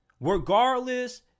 regardless